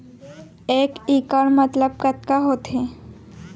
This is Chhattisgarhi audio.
एक इक्कड़ मतलब कतका होथे?